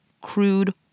crude